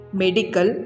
medical